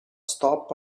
stopped